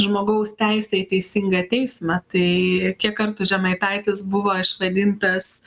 žmogaus teisė į teisingą teismą tai kiek kartų žemaitaitis buvo išvadintas